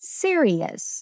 serious